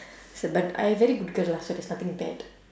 so but I very good girl lah so there's nothing bad